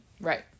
right